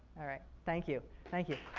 alright, thank you, thank you.